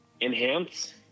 Enhance